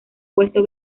puesto